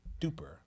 duper